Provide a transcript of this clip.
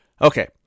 Okay